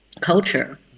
culture